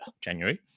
January